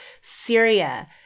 Syria